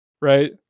right